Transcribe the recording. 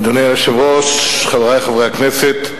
אדוני היושב-ראש, חברי חברי הכנסת,